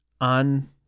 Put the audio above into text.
on